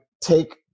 take